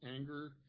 anger